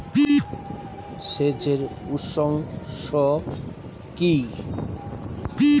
সেচের উৎস কি?